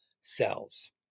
cells